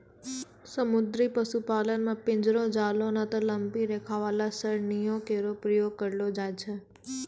समुद्री पशुपालन म पिंजरो, जालों नै त लंबी रेखा वाला सरणियों केरो प्रयोग करलो जाय छै